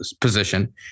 position